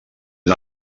una